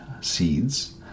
seeds